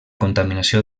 contaminació